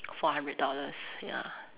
four hundred dollars ya